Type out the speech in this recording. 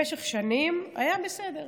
במשך שנים היה בסדר,